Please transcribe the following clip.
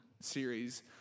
series